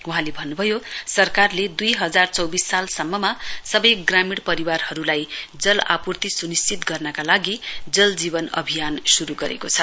वहाँले भन्नुभएको छ सरकारले दुई हजार चौविस साल सम्ममा सबै ग्रामीण परिवारहरूलाई जल आपूर्ति सुनिश्चित गर्नका लागि जल जीवन अभियान शुरु गरेको छ